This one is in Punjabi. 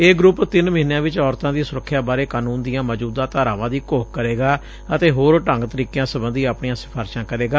ਇਹ ਗਰੁੱਪ ਤਿੰਨ ਮਹੀਨਿਆਂ ਵਿਚ ਔਰਤਾਂ ਦੀ ਸੁਰੱਖਿਆ ਬਾਰੇ ਕਾਨੁੰਨ ਦੀਆਂ ਮੌਜੁਦਾ ਧਾਰਾਵਾਂ ਦੀ ਘੋਖ ਕਰੇਗਾ ਅਤੇ ਹੋਰ ਢੰਗ ਤਰੀਕਿਆਂ ਸਬੰਧੀ ਆਪਣੀਆਂ ਸਿਫਾਰਸ਼ਾਂ ਕਰੇਗਾ